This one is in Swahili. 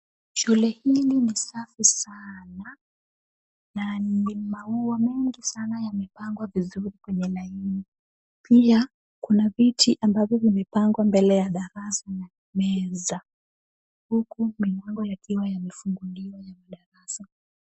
Shule hili ni safi sanaa na ni maua mengi sanaa yamepangwa kwenye laini. Pia, kuna viti ambavyo vimepangwa mbele ya darasa na meza, huku milango ikiwa yamefunguliwa ya darasa.